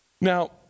Now